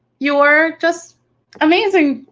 you're just amazing,